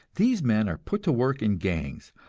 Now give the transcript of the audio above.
these men are put to work in gangs,